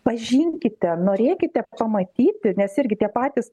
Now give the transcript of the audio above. pažinkite norėkite pamatyti nes irgi tie patys